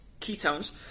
ketones